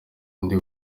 indi